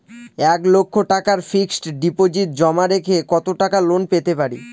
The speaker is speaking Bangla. এক লক্ষ টাকার ফিক্সড ডিপোজিট জমা রেখে কত টাকা লোন পেতে পারি?